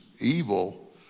evil